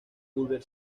culver